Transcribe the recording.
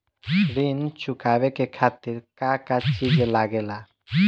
ऋण चुकावे के खातिर का का चिज लागेला?